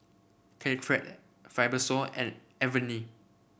Caltrate Fibrosol and Avene